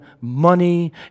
money